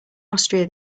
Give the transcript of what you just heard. austria